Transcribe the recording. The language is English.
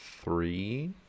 three